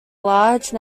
large